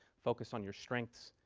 focus on your strengths,